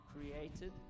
created